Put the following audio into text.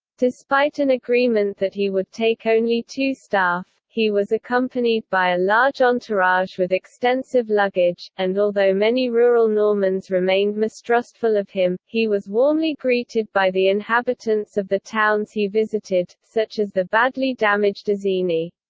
despite an agreement that he would take only two staff, he was accompanied by a large entourage with extensive luggage, and although many rural normans remained mistrustful of him, he was warmly greeted by the inhabitants of the towns he visited, such as the badly damaged isigny.